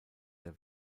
der